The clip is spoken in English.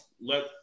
let